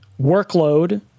workload